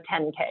10K